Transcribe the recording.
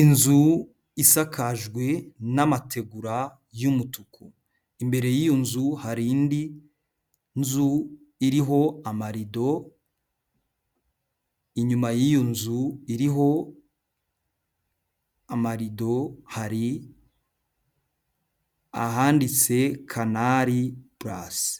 Inzu isakajwe n'amategura y'umutuku. Imbere y'iyo nzu hari indi nzu iriho amarido, inyuma y'iyo nzu iriho amarido hari ahanditse kanari purasi,